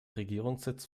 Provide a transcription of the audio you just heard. regierungssitz